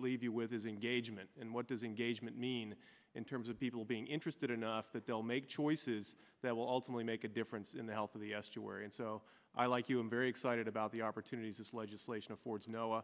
leave you with his engagement and what does engagement mean in terms of people being interested enough that they'll make choices that will ultimately make a difference in the health of the estuary and so i like you i'm very excited about the opportunities this legislation affords no